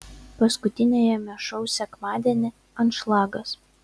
paskutiniajame šou sekmadienį anšlagas